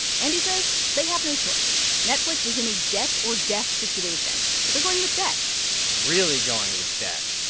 and he says they have no choice. netflix is in a debt or death situation, so they're going with debt really going with debt.